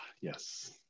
yes